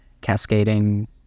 cascading